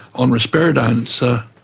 on risperidone, so